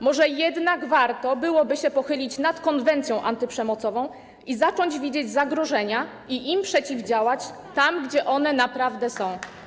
Może jednak warto byłoby się pochylić nad konwencją antyprzemocową i zacząć widzieć zagrożenia i im przeciwdziałać tam, gdzie one naprawdę są.